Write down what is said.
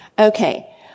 Okay